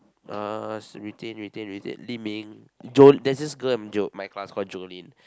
uh retain retain retain Lee-Ming Jol~ there's this girl in Jo~ in my class called Jolene